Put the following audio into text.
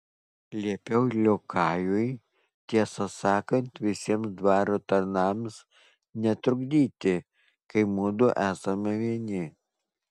liepiau liokajui tiesą sakant visiems dvaro tarnams netrukdyti kai mudu esame vieni